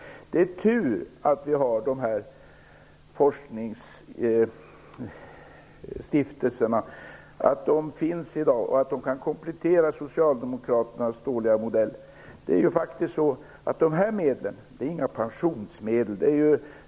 Det är tur att vi har forskningsstiftelserna som kan komplettera Socialdemokraternas dåliga modell. De här medlen är inga pensionsmedel.